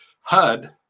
HUD